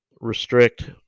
restrict